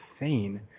insane